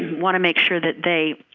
want to make sure that they